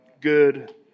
good